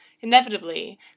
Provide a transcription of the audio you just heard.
Inevitably